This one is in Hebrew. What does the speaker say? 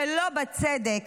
שלא בצדק,